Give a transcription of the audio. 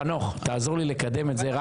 חנוך, תעזור לי לקדם את זה.